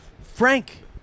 Frank